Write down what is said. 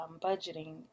budgeting